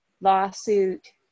lawsuit